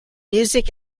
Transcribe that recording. music